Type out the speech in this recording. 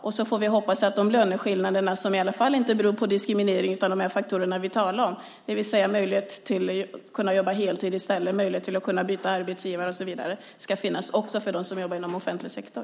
Sedan får vi hoppas att de löneskillnader som inte beror på diskriminering utan på de faktorer vi talade om - möjligheten att jobba heltid i stället, möjligheten att byta arbetsgivare och så vidare - ska försvinna även för dem som jobbar inom offentlig sektor.